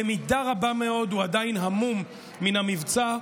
במידה רבה מאוד הוא עדיין המום מן המבצע,